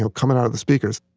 coming out of the speakers.